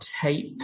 tape